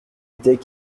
bouteille